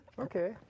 Okay